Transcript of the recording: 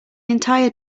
entire